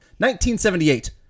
1978